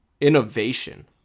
innovation